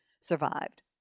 survived